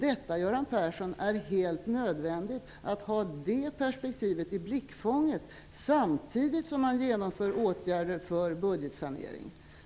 Det är, Göran Persson, helt nödvändigt att ha det perspektivet i blickfånget samtidigt som man genomför åtgärder för budgetsanering.